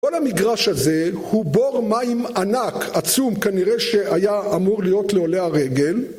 כל המגרש הזה הוא בור מים ענק, עצום, כנראה שהיה אמור להיות לעולי הרגל